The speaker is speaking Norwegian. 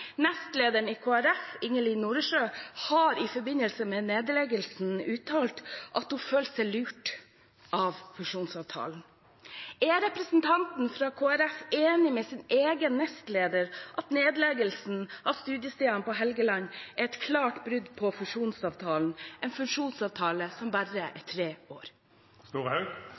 i Kristelig Folkeparti, Ingelin Noresjø, har i forbindelse med nedleggelsen uttalt at hun føler seg lurt av fusjonsavtalen. Er representanten fra Kristelig Folkeparti enig med sin egen nestleder, at nedleggelsen av studiestedene på Helgeland er et klart brudd på fusjonsavtalen, en fusjonsavtale som bare er tre år?